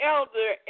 Elder